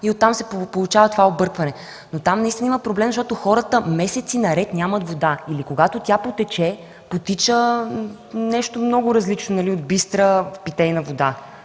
и оттам се получава това объркване. Там наистина има проблем, защото хората месеци наред нямат вода или когато тя потече – потича нещо много различно от бистра питейна вода